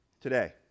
today